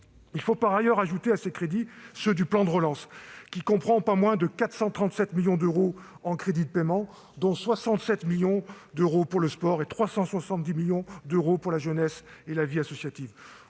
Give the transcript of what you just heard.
Il faut par ailleurs ajouter à ces crédits ceux du plan de relance, qui comprend pas moins de 437 millions d'euros en crédits de paiement, dont 67 millions d'euros pour le sport et 370 millions d'euros pour la jeunesse et la vie associative.